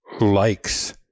likes